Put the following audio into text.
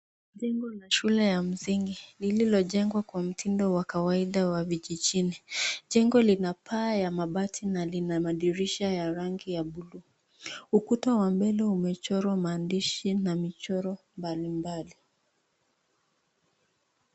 Hili ni shule ya msingi lililojengwa kwa mtindo wa kawaida wa vijijini. Jengo lina paa ya mabati na lina madirisha ya rangi ya buluu. Ukuta wa mbele umechorwa maandishi na michoro mbali mbali.